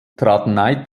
trat